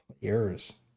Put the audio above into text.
Players